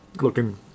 looking